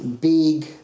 big